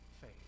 faith